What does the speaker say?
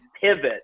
pivot